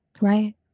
Right